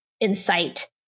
incite